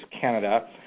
Canada